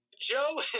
Joe